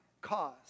cause